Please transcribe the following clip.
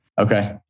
Okay